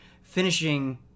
finishing